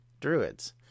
Druids